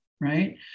right